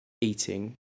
eating